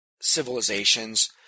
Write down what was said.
civilizations